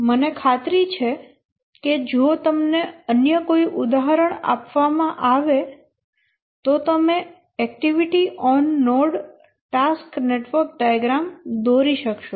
મને ખાતરી છે કે જો તમને અન્ય કોઈ ઉદાહરણ આપવામાં આવે તો તમે activity on node task network diagram દોરી શકશો